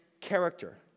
character